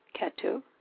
Ketu